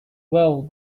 well